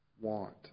want